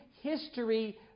history